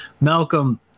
malcolm